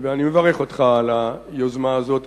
ואני מברך על היוזמה הזו.